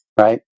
right